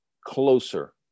closer